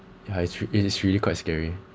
ya it's true it is really quite scary